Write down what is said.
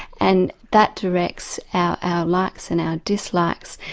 and that directs our likes and our dislikes,